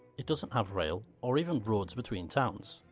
it doesn't have rail, or even roads between town. so